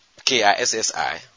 KISSI